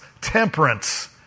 temperance